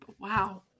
wow